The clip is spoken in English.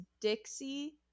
Dixie